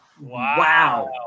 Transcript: Wow